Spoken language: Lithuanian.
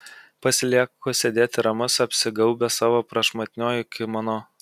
pasilieku sėdėti ramus apsigaubęs savo prašmatniuoju kimono